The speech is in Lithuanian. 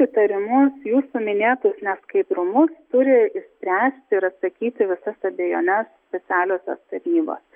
įtariamus jūsų minėtus neskaidrumus turi išspręsti ir atsakyti visas abejones specialiosios tarnybos